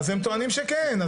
אז הם טוענים שכן,